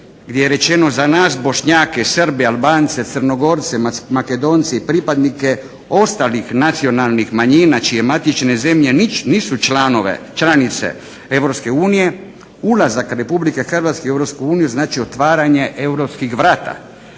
gdje je rečeno za nas Bošnjake, Srbe, Albance, Crnogorce, Makedonce i pripadnike ostalih nacionalnih manjina čije matične zemlje nisu članice EU ulazak Republike Hrvatske u EU znači otvaranje europskih vrata